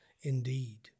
Indeed